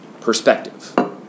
perspective